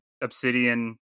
obsidian